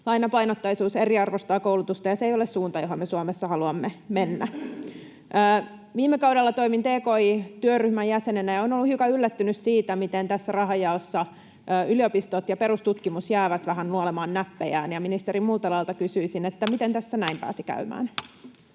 Lainapainotteisuus eriarvoistaa koulutusta, ja se ei ole suunta, johon me Suomessa haluamme mennä. Viime kaudella toimin tki-työryhmän jäsenenä, ja olen ollut hiukan yllättynyt siitä, miten tässä rahanjaossa yliopistot ja perustutkimus jäävät vähän nuolemaan näppejään. Ministeri Multalalta kysyisin: miten tässä